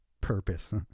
purpose